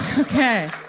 ok,